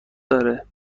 داره